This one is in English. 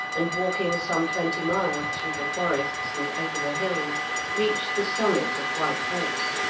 and walking some twenty miles through the forests, and over the hills, reached the summit of white horse.